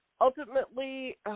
ultimately